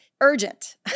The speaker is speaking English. urgent